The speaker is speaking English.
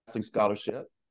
scholarship